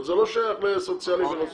אבל זה לא שייך לסוציאלי ולא סוציאלי.